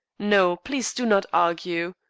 no. please do not argue.